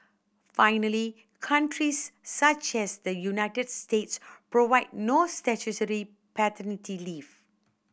finally countries such as the United States provide no paternity leave